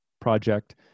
project